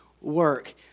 work